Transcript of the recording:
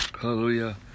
hallelujah